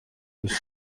دوست